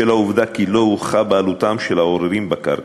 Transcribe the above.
בשל העובדה כי לא הוכחה בעלותם של העוררים בקרקע.